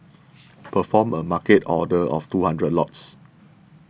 perform a Market order of two hundred lots